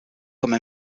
comme